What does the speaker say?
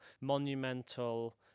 monumental